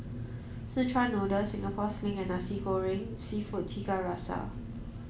Szechuan noodle Singapore sling and Nasi Goreng Seafood Tiga Rasa